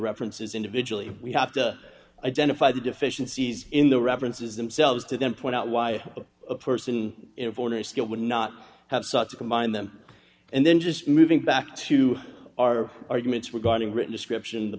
references individually we have to identify the deficiencies in the references themselves to then point out why a person in foreigner skills would not have sought to combine them and then just moving back to our arguments regarding written description the